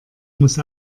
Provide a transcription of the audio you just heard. muss